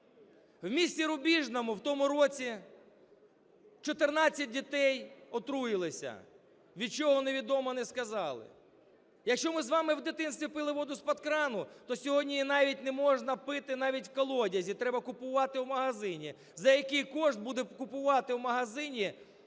В місті Рубіжному в тому році 14 дітей отруїлися. Від чого – невідомо, не сказали. Якщо ми з вами в дитинстві пили воду з-під крану, то сьогодні її навіть не можна пити навіть в колодязі, треба купувати в магазині. За який кошт буде купувати в магазині